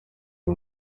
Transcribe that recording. iyi